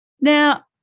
Now